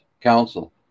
council